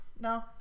No